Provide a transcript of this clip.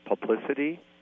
publicity